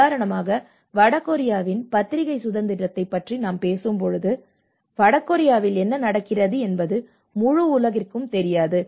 உதாரணமாக வட கொரியாவின் பத்திரிகை சுதந்திரத்தைப் பற்றி நாம் பேசும்போது வட கொரியாவில் என்ன நடக்கிறது என்பது முழு உலகிற்கும் தெரியாது